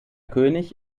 könig